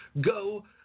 Go